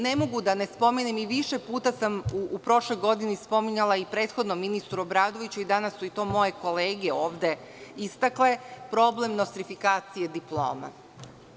Ne mogu da ne spomenem, a i više puta sam u prošloj godini spominjala i prethodnom ministru Obradoviću, a danas su i moje kolege to ovde istakle, problem nostrifikacije diploma.